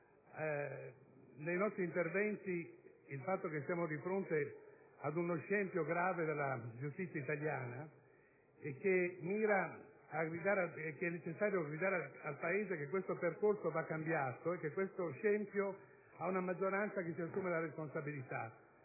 nelle nostre dichiarazioni che siamo di fronte ad uno scempio grave della giustizia italiana. È necessario gridare al Paese che questo percorso va cambiato e che vi è una maggioranza che si assume la responsabilità